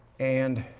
and